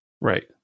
Right